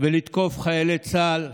ולתקוף חיילי צה"ל.